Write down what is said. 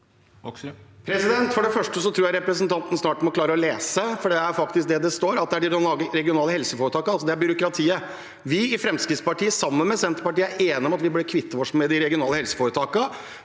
For det første tror jeg representanten Mossleth snart må klare å lese, for det er faktisk det det står: at det er de regionale helseforetakene, altså at det gjelder byråkratiet. Vi i Fremskrittspartiet, sammen med Senterpartiet, er enige om at vi bør kvitte oss med de regionale helseforetakene.